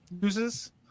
uses